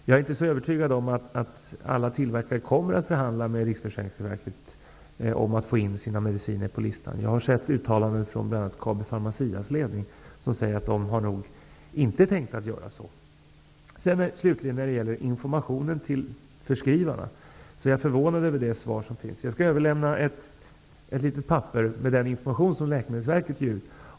Jag är inte så övertygad om att alla tillverkare kommer att förhandla med Riksförsäkringsverket om att få in sina mediciner på listan. Jag har sett uttalanden från bl.a. Kabi Pharmacias ledning som säger att man nog inte tänkt göra så. Slutligen gäller det informationen till förskrivarna. Jag är förvånad över svaret och vill överlämna ett litet papper med den information som Läkemedelsverket lämnar.